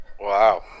Wow